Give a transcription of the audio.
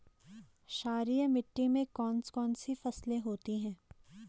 क्षारीय मिट्टी में कौन कौन सी फसलें होती हैं?